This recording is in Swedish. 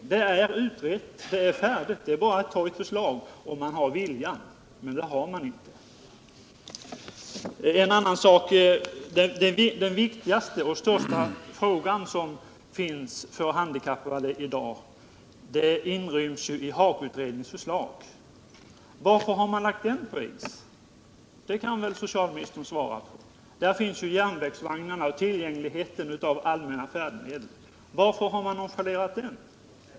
Frågan är utredd, och det föreligger ett förslag som man kan acceptera om man har viljan — men det har man inte. Den viktigaste och största frågan för de handikappade i dag inryms i HAKO-utredningens betänkande. Varför har man lagt den på is, herr socialminister? Där finns ju järnvägsvagnarna och tillgängligheten av allmänna färdmedel. Varför har man nonchalerat den?